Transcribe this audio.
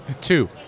two